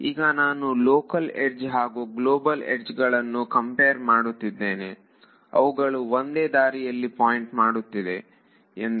ಈಗ ನಾನು local edge ಹಾಗೂ ಗ್ಲೋಬಲ್ ಯಡ್ಜ್ಗಳನ್ನು ಕಂಪೇರ್ ಮಾಡುತ್ತಿದ್ದೇನೆ ಅವುಗಳು ಒಂದೇ ದಾರಿಯಲ್ಲಿ ಪಾಯಿಂಟ್ ಮಾಡುತ್ತಿದೆಯೆ ಎಂದು